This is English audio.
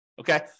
okay